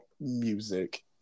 music